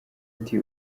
ati